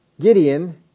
Gideon